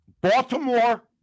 Baltimore